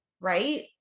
Right